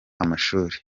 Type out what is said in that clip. amashuli